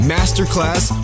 Masterclass